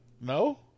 No